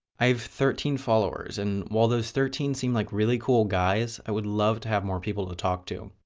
i have thirteen followers, and while those thirteen seem like really cool guys, i would love to have more people to talk to.